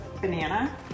banana